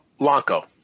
Lonco